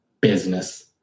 business